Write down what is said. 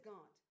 God